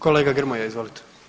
Kolega Grmoja, izvolite.